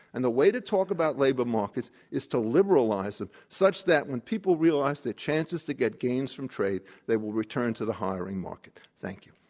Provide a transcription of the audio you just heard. and the way to talk about labor markets is to liberalize it such that when people realize their chances to get gains from trade, they will return to the hiring market. thank you.